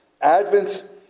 Advent